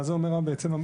מה המאגר מאפשר?